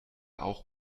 auch